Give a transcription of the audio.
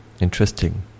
Interesting